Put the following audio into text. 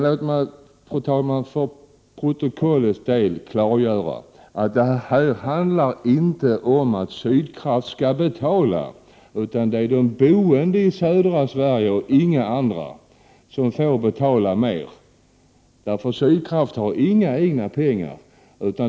Låt mig, fru talman, till protokollet få klargöra att det här inte handlar om att Sydkraft skall betala, utan de boende i södra Sverige, och inga andra, får betala mera, eftersom Sydkraft inte har några pengar.